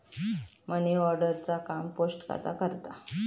money order चा काम post खाता करता